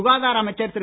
சுகாதார அமைச்சர் திரு